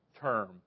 term